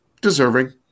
Deserving